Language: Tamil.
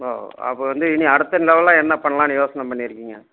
ஓ அப்போது வந்து இனி அடுத்த இந்த லெவல்லலாம் என்ன பண்ணலாம்னு யோசனை பண்ணியிருக்கீங்க